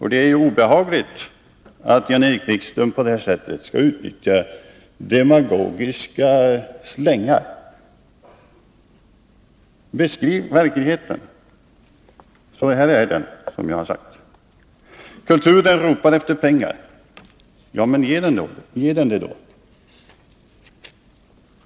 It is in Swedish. Det är obehagligt att Jan-Erik Wikström på det här sättet tillgriper demagogiska slängar. Beskriv verkligheten! Den ser ut som jag har beskrivit den. Kulturen ropar efter pengar. Ja, men ge den då pengar!